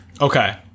Okay